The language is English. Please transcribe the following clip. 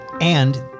And-